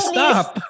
Stop